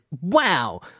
Wow